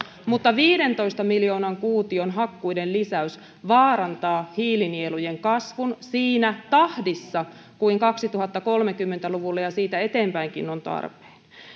mutta viidentoista miljoonan kuution hakkuiden lisäys vaarantaa hiilinielujen kasvun siinä tahdissa kuin kaksituhattakolmekymmentä luvulle ja siitä eteenpäinkin on tarpeen